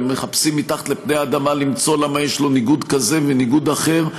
ומחפשים מתחת לפני האדמה למצוא למה יש לו ניגוד כזה וניגוד אחר,